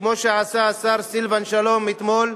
כמו שעשה השר סילבן שלום אתמול,